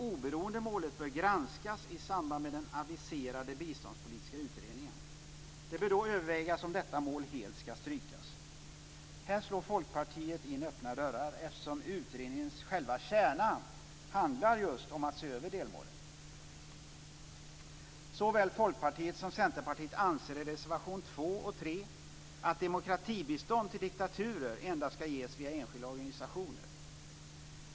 "Oberoendemålet bör granskas i samband med den aviserade biståndspolitiska utredningen. Det bör då övervägas om detta mål helt ska strykas." Här slår Folkpartiet in öppna dörrar, eftersom själva kärnan i utredningen är just att se över delmålen. Såväl Folkpartiet som Centerpartiet anser i reservationerna 2 och 3 att demokratibistånd till diktaturer endast ska ges via enskilda organisationer.